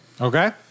okay